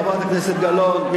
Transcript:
חברת הכנסת גלאון.